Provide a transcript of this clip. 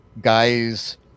guys